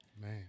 Man